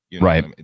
right